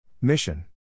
Mission